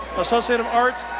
associate of arts,